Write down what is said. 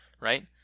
right